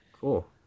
cool